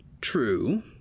True